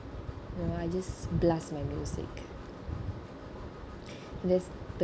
you know I just blast my music that's the